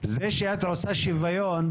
זה שאת עושה שיוון,